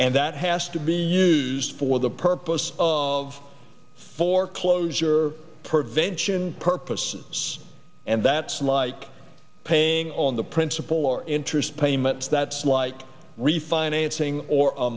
and that has to be used for the purpose of foreclosure prevention purpose and that's like paying on the principal or interest payments that's like refinancing or a